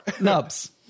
nubs